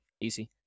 easy